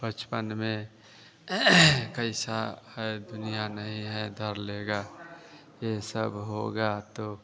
बचपन में कैसा है दुनिया में ईहे धर लेगा यह सब होगा तो